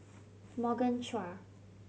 Morgan Chua